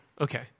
okay